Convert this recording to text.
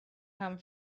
come